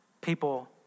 People